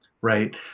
right